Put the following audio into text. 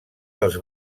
dels